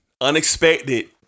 unexpected